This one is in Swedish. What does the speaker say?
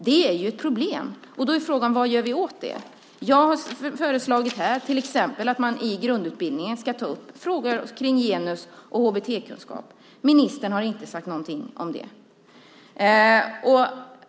Det är ju ett problem. Frågan är vad vi gör åt det. Jag har föreslagit att man i grundutbildningen ska ta upp frågor kring genus och HBT-kunskap. Ministern har inte sagt någonting om det.